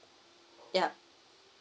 ya